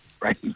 Right